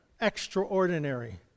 extraordinary